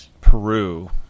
Peru